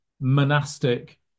monastic